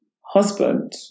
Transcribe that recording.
husband